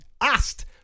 asked